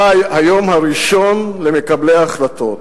אתה היום הראשון למקבלי ההחלטות,